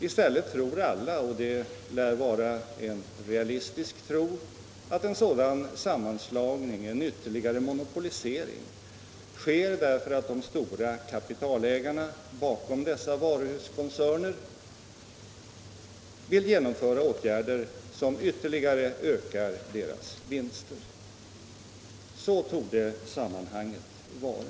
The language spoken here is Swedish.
I stället tror alla — och det lär vara en realistisk tro — att en sådan sammanslagning, en ytterligare monopolisering, sker därför att de stora kapitalägarna bakom dessa varuhuskoncerner vill genomföra åtgärder som ytterligare ökar deras vinster. Så torde sammanhanget vara.